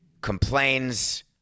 complains